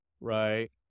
Right